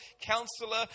Counselor